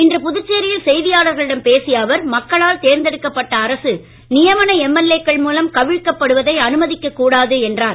இன்று புதுச்சேரியில் செய்தியாளர்களிடம் பேசிய அவர் மக்களால் தேர்ந்தெடுக்கப்பட்ட அரசு நியமன எம்எல்ஏ க்கள் மூலம் கவிழ்க்கப்படுவதை அனுமதிக்கக் கூடாது என்றார்